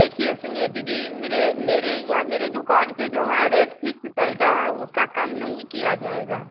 देखिए सुनिए दीदी मेरे मेरे यहाँ मेरे दुकान पे जो है रेट फीक्स चलता है उसका कम नहीं किया जाएगा